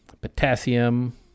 potassium